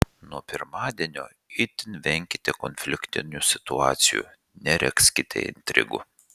nuo pirmadienio itin venkite konfliktinių situacijų neregzkite intrigų